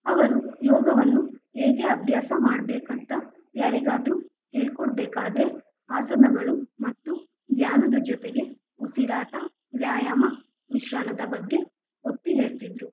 ಅವರು ಯೋಗವನ್ನು ಏಕೆ ಅಭ್ಯಾಸ ಮಾಡ್ಬೇಕಂತ ಯಾರಿಗಾದ್ರು ಹೇಳ್ಕೊಡ್ಬೇಕಾದ್ರೆ ಆಸನಗಳು ಮತ್ತು ಧ್ಯಾನದ ಜೊತೆಗೆ ಉಸಿರಾಟ ವ್ಯಾಯಾಮ ವಿಶ್ರಣದ ಬಗ್ಗೆ ಒತ್ತಿ ಹೇಳ್ತಿದ್ರು